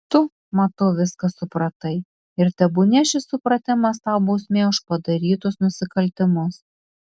tu matau viską supratai ir tebūnie šis supratimas tau bausmė už padarytus nusikaltimus